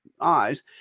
eyes